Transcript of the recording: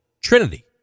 Trinity